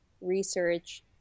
research